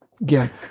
Again